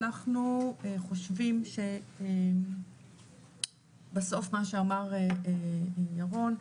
אנחנו חושבים שבסוף מה שאמר ירון,